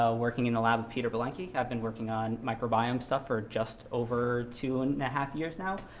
ah working in the lab peter belenky. i've been working on microbiome stuff for just over two and a half years now.